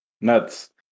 nuts